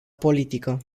politică